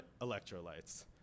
electrolytes